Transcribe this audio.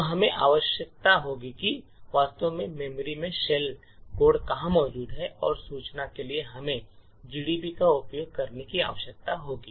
तो हमें आवश्यकता होगी कि वास्तव में मेमोरी में शेल कोड कहां मौजूद है और सूचना के लिए हमें GDB का उपयोग करने की आवश्यकता होगी